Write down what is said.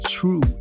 True